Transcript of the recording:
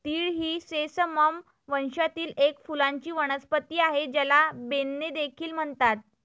तीळ ही सेसमम वंशातील एक फुलांची वनस्पती आहे, ज्याला बेन्ने देखील म्हणतात